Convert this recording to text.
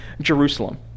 Jerusalem